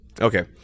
okay